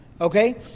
okay